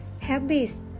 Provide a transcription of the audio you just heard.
habits